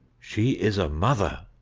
she is a mother,